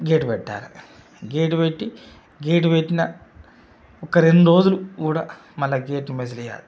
gate పెట్టాలి gate పెట్టి gate పెట్టిన ఒక రెండు రోజులు కూడా మళ్ళా గేటును వదిలేయాలి